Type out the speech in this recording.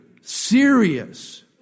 serious